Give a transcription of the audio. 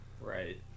Right